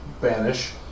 Banish